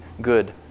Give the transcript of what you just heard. good